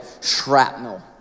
shrapnel